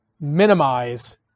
minimize